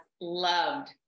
loved